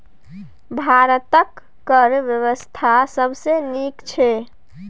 भारतक कर बेबस्था सबसँ नीक छै